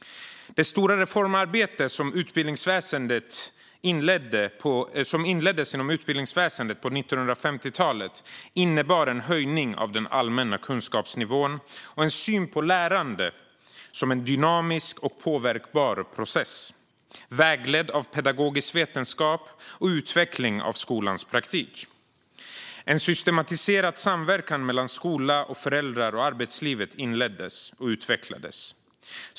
Det stora reformarbete som inleddes genom utbildningsväsendet på 1950-talet innebar en höjning av den allmänna kunskapsnivån och en syn på lärande som en dynamisk och påverkbar process vägledd av pedagogisk vetenskap och utveckling av skolans praktik. En systematiserad samverkan mellan skola, föräldrar och arbetsliv inleddes och utvecklades.